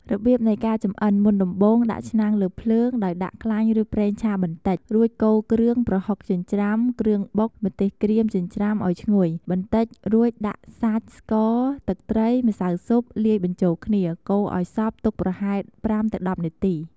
របៀបនៃការចម្អិន មុនដំបូងដាក់ឆ្នាំងលើភ្លើងដោយដាក់ខ្លាញ់ឬប្រេងឆាបន្តិច រួចកូរគ្រឿង ប្រហុកចិញ្ច្រាំ គ្រឿងបុក ម្ទេសក្រៀមចិញ្ច្រាំឱ្យឈ្ងុយ បន្តិចរួចដាក់សាច់ ស្ករ ទឹកត្រី ម្សៅស៊ុប លាយបញ្ចូលគ្នា កូរឱ្យសព្វទុកប្រហែល ៥-១០នាទី។